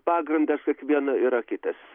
pagrindas kiekvieno yra kitas